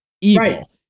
evil